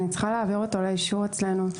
אני צריכה להעביר אותו לאישור אצלנו,